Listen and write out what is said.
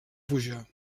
puja